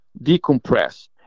decompress